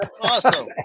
Awesome